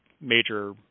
major